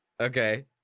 Okay